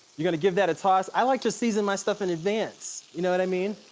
you're gonna give that a toss. i like to season my stuff in advance, you know what i mean?